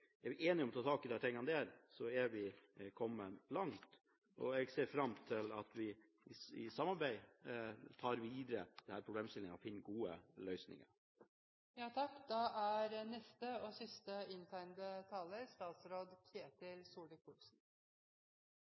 Er vi enige om å ta tak i disse tingene, er vi kommet langt. Jeg ser fram til at vi i samarbeid tar videre disse problemstillingene og finner gode løsninger.